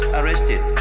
arrested